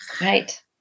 Right